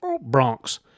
Bronx